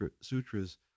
sutras